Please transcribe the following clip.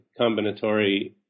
combinatory